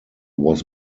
was